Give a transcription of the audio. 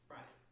Right